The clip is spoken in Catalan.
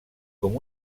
com